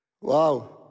Wow